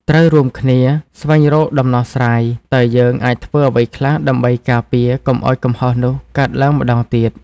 ត្រូវរួមគ្នា ស្វែងរកដំណោះស្រាយ។ តើយើងអាចធ្វើអ្វីខ្លះដើម្បីការពារកុំឲ្យកំហុសនោះកើតឡើងម្តងទៀត